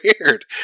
weird